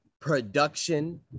production